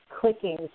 clicking